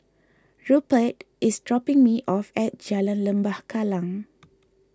Rupert is dropping me off at Jalan Lembah Kallang